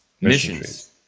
missions